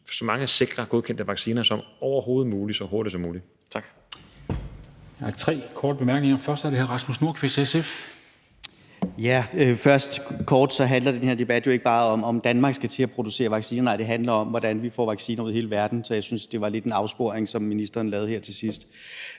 så mange sikre og godkendte vacciner som overhovedet muligt så hurtigt som muligt. Tak. Kl. 14:51 Formanden (Henrik Dam Kristensen): Der er tre korte bemærkninger. Først er det hr. Rasmus Nordqvist, SF. Kl. 14:51 Rasmus Nordqvist (SF): Kort, så handler den her debat jo ikke bare om, om Danmark skal til at producere vacciner, nej, den handler om, hvordan vi får vacciner ud i hele verden. Så jeg synes, at det lidt var en afsporing, som ministeren lavede her til sidst.